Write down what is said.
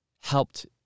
helped